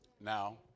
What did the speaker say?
Now